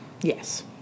Yes